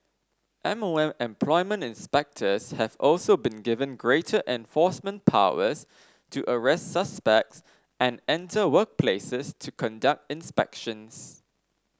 M O M employment inspectors have also been given greater enforcement powers to arrest suspects and enter workplaces to conduct inspections